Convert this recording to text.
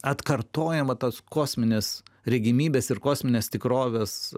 atkartojam va tos kosminės regimybės ir kosminės tikrovės